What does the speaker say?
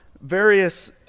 Various